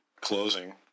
closing